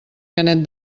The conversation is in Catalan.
canet